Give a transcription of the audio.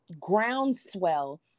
groundswell